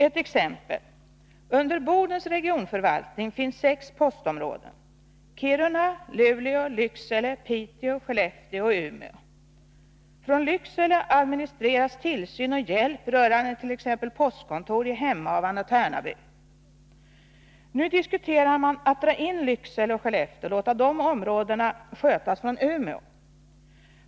Ett exempel: Under Bodens regionförvaltning finns sex postområden: Kiruna, Luleå, Lycksele, Piteå, Skellefteå och Umeå. Från Lycksele administreras tillsyn och hjälp rörande t.ex. postkontor i Hemavan och Tärnaby. Nu diskuterar man att dra in Lycksele och Skellefteå och låta dessa områden skötas från Umeå.